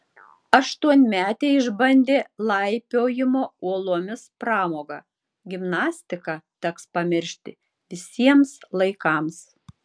aštuonmetė išbandė laipiojimo uolomis pramogą gimnastiką teks pamiršti visiems laikams